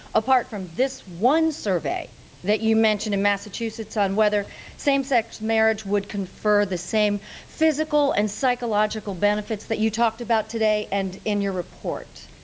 apart from this one survey that you mention in massachusetts, on whether same-sex marriage would confer the same physical and psychological benefits that you talked about today and in your report?